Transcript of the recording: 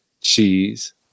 cheese